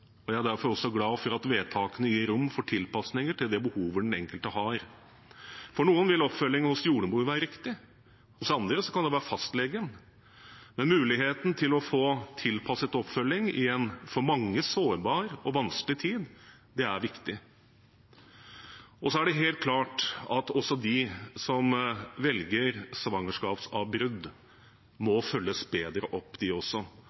og jeg er derfor også glad for at vedtakene gir rom for tilpasninger til det behovet den enkelte har. For noen vil oppfølging hos jordmor være riktig; hos andre kan det være fastlegen. Men muligheten til å få tilpasset oppfølging i en for mange sårbar og vanskelig tid er viktig. Det er helt klart at også de som velger svangerskapsavbrudd, må følges bedre opp. Sånn sett er jeg også